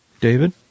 David